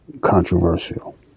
controversial